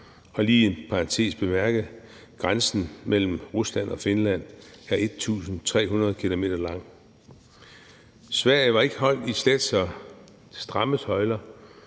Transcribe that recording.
i en parantes bemærket, at grænsen mellem Rusland og Finland er 1.300 km lang. Sverige var ikke holdt i slet så stramme tøjler,